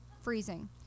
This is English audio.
freezing